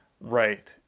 Right